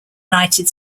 united